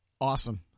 Awesome